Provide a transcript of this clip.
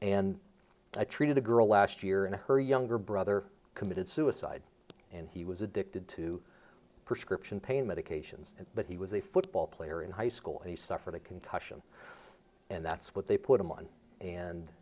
and i treated a girl last year and her younger brother committed suicide and he was addicted to prescription pain medications but he was a football player in high school and he suffered a concussion and that's what they put him on and